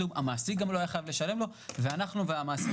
המעסיק לא היה חייב לשלם לו ואנחנו והמעסיקים